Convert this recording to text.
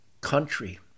country